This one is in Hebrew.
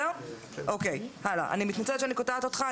אני מתנצלת שאני קוטעת אותך,